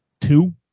two